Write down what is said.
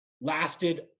lasted